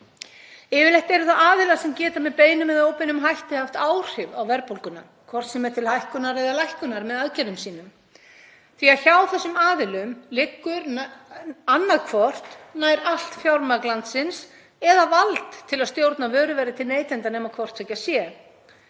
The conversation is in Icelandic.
Yfirleitt eru það aðilar sem geta með beinum eða óbeinum hætti haft áhrif á verðbólguna, hvort sem er til hækkunar eða lækkunar, með aðgerðum sínum því að hjá þessum aðilum liggur annaðhvort nær allt fjármagn landsins eða vald til að stjórna vöruverði til neytenda, nema hvort tveggja sé.